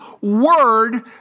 Word